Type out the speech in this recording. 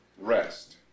rest